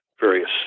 various